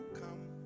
come